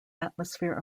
atmosphere